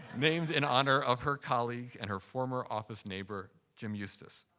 named in honor of her colleague and her former office neighbor, jim eustice.